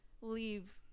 leave